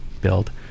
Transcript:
build